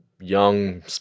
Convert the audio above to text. Young